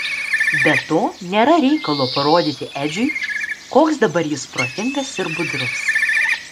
be to nėra reikalo parodyti edžiui koks dabar jis protingas ir budrus